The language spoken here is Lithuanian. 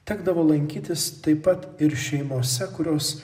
tekdavo lankytis taip pat ir šeimose kurios